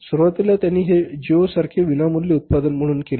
सुरुवातीला त्यांनी हे जिओसारखे विनामूल्य उत्पादन म्हणून केले